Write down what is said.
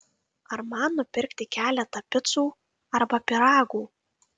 ar man nupirkti keletą picų arba pyragų